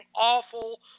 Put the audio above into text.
awful